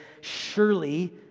Surely